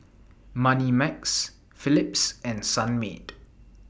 Moneymax Philips and Sunmaid